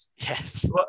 Yes